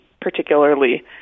particularly